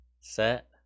Set